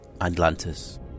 Atlantis